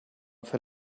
fer